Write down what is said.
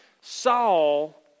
Saul